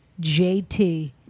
JT